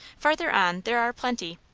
farther on there are plenty.